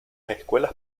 escuelas